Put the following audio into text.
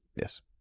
Yes